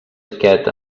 aquest